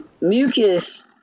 mucus